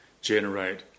generate